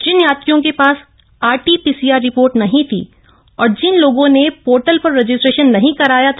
जिन यात्रियों के पास आरटी पीसीआर रिपोर्ट नहीं थी और जिन लोगों ने पोर्टल पर रजिस्ट्रेशन नहीं कराया था